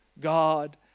God